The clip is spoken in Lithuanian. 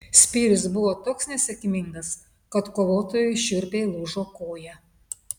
spyris buvo toks nesėkmingas kad kovotojui šiurpiai lūžo koją